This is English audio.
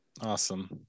awesome